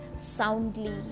soundly